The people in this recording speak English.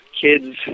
kids